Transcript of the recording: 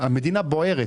המדינה בוערת.